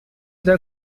their